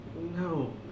No